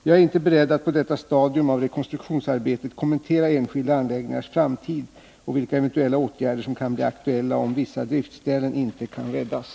Jag är inte beredd att på detta stadium av rekonstruktionsarbetet kommentera enskilda anläggningars framtid och vilka eventuella åtgärder som kan bli aktuella om vissa driftställen inte kan räddas.